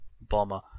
bomber